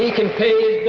yeah can pay